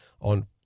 on